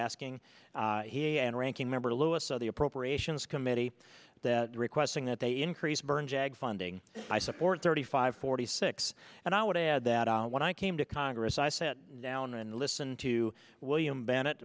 asking he and ranking member to loiseau the appropriations committee that requesting that they increase burn jag funding i support thirty five forty six and i would add that when i came to congress i sat down and listened to william bennett